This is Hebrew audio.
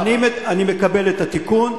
אני מקבל את התיקון.